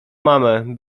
mamę